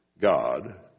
God